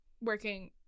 working